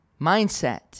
Mindset